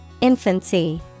Infancy